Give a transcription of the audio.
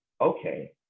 Okay